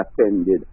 attended